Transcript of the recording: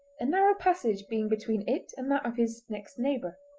a narrow passage being between it and that of his next neighbour.